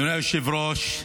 אדוני היושב-ראש,